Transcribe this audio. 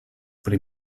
pri